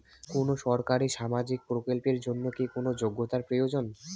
কোনো সরকারি সামাজিক প্রকল্পের জন্য কি কোনো যোগ্যতার প্রয়োজন?